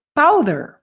powder